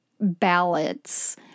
ballots